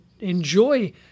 enjoy